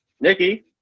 Nikki